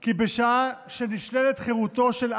כי בשעה שנשללת חירותו של אדם,